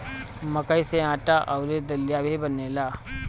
मकई से आटा अउरी दलिया भी बनेला